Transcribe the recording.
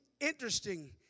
interesting